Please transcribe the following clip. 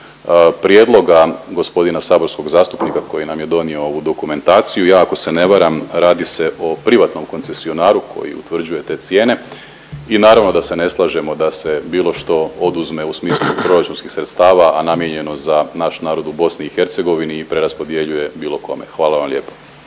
prijedloga gospodina saborskog zastupnika koji nam je donio ovu dokumentaciju, ja ako se ne varam radi se o privatnom koncesionaru koji utvrđuje te cijene. I naravno da se ne slažemo da se bilo što oduzme u smislu proračunskih sredstava, a namijenjeno za naš narod u BiH i preraspodjeljuje bilo kome. Hvala vam lijepa.